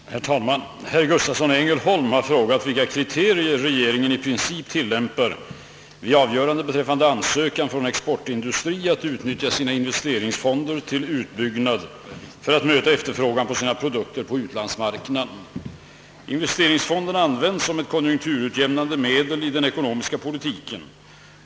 Herr talman! Herr Gustavsson i Ängelholm har frågat vilka kriterier regeringen i princip tillämpar vid avgörande beträffande ansökan från exportindustri att utnyttja sina investeringsfonder till utbyggnad för att kunna möta efterfrågan på sina produkter på utlandsmarknaden. Investeringsfonderna användes som ett konjunkturutjämnande medel i den ekonomiska politiken.